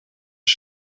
que